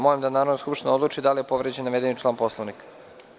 Molim da Narodna skupština odluči da li je povređen navedeni član poslovnika.